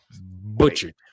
Butchered